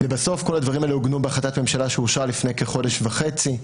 ובסוף כל הדברים האלה עוגנו בהחלטת ממשלה שאושרה לפני כחודש וחצי,